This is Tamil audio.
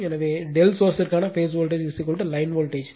எனவே ∆ சோர்ஸ் ற்கான பேஸ் வோல்டேஜ் லைன் வோல்டேஜ்